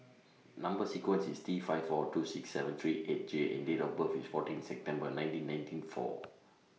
Number sequence IS T five four two six seven three eight J and Date of birth IS fourteen September nineteen ninety four